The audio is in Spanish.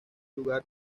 lugar